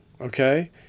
okay